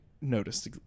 noticed